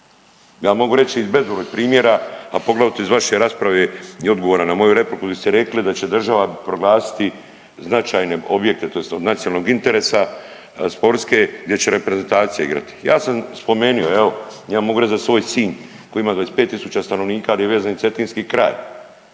Ja mogu reći bezbroj primjera, a poglavito iz vaše rasprave i odgovora na moju repliku di ste rekli a će država proglasiti značajne objekte tj. od nacionalnog interesa sportske gdje će reprezentacija igrati. Ja sam spomenuo i evo ja mogu reći za svoj Sinj koji ima 25.000 stanovnika gdje je vezan za Cetinski kraj.